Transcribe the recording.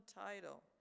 title